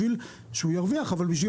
גם בשביל שהוא ירוויח אבל גם בשביל